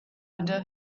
under